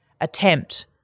attempt